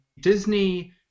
Disney –